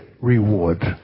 reward